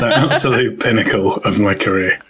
absolute pinnacle of my career.